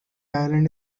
island